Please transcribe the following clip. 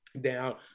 down